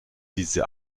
diese